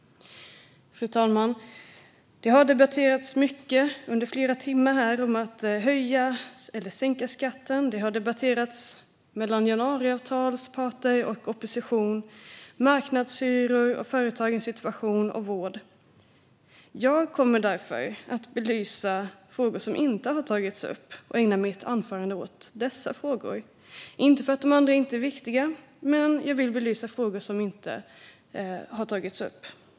Fru talman! Det har debatterats under flera timmar här om att höja eller sänka skatten. Det har debatterats mellan januariavtalsparter och opposition. Man har debatterat om marknadshyror, företagens situation och vård. Jag kommer därför att belysa frågor som inte har tagits upp och ägna mitt anförande åt dessa - inte för att de andra inte är viktiga, men jag vill belysa frågor som inte har tagits upp.